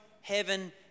heaven